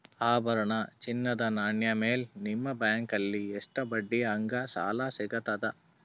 ಆಭರಣ, ಚಿನ್ನದ ನಾಣ್ಯ ಮೇಲ್ ನಿಮ್ಮ ಬ್ಯಾಂಕಲ್ಲಿ ಎಷ್ಟ ಬಡ್ಡಿ ಹಂಗ ಸಾಲ ಸಿಗತದ?